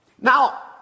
Now